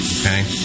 Okay